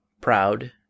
proud